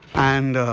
and,